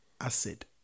acid